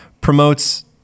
promotes